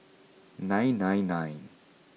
nine nine nine